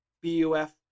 B-U-F